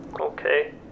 Okay